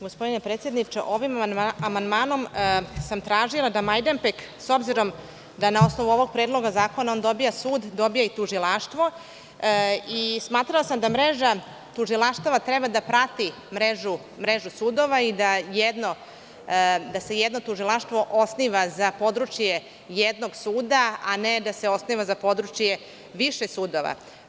Gospodine predsedniče, ovim amandmanom sam tražila da Majdanpek s obzirom da na osnovu ovog predloga zakona dobija sud dobije i tužilaštvo i smatrala sam da mreža tužilaštava treba da prati mrežu sudova i da se jedno tužilaštvo osniva za područje jednog suda, a ne da se osniva za područje više sudova.